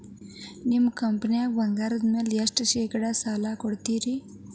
ನಿಮ್ಮ ಕಂಪನ್ಯಾಗ ಬಂಗಾರದ ಮ್ಯಾಲೆ ಎಷ್ಟ ಶೇಕಡಾ ಸಾಲ ಕೊಡ್ತಿರಿ?